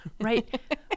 Right